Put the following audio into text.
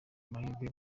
mahirwe